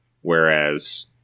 whereas